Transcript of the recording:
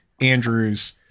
Andrews